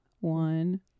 One